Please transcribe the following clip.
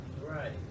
Right